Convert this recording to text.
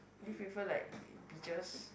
do you prefer like beaches